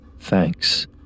thanks